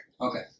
Okay